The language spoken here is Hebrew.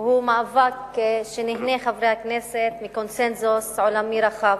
הוא מאבק שנהנה, חברי הכנסת, מקונסנזוס עולמי רחב.